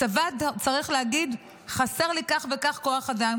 הצבא צריך להגיד: חסר לי כך וכך כוח אדם,